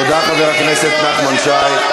תודה, חבר הכנסת נחמן שי.